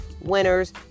winners